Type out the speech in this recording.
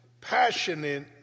passionate